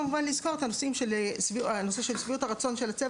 אני חושב שאחרי הדיון היום עוד יותר מבינים עד